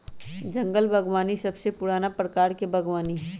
जंगल बागवानी सबसे पुराना प्रकार के बागवानी हई